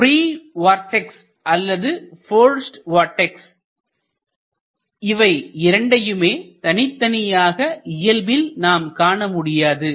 pre vortex அல்லது forced vortex இவை இரண்டையுமே தனித்தனியாக இயல்பில் நாம் காண முடியாது